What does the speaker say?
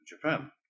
japan